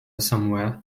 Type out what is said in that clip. somewhere